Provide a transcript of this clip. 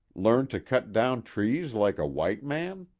learn to cut down trees like a white man?